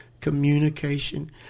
communication